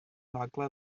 maglau